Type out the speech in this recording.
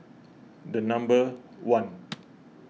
the number one